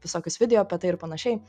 visokius video apie tai ir panašiai